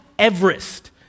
Everest